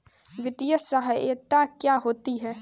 वित्तीय सहायता क्या होती है?